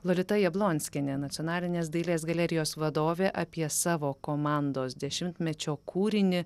lolita jablonskienė nacionalinės dailės galerijos vadovė apie savo komandos dešimtmečio kūrinį